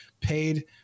paid